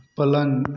पलंग